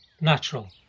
natural